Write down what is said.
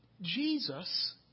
Jesus